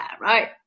right